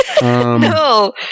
No